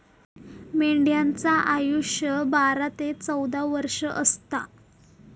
मेंढ्यांचा आयुष्य बारा ते चौदा वर्ष असता